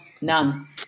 none